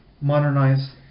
modernize